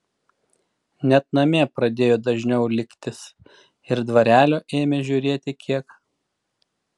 net namie pradėjo dažniau liktis ir dvarelio ėmė žiūrėti kiek